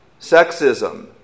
sexism